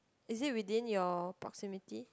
is it within your proximity